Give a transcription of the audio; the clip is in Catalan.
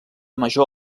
major